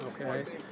okay